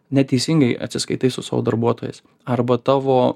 neteisingai atsiskaitai su savo darbuotojais arba tavo